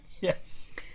Yes